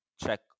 Check